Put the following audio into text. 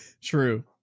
True